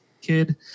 kid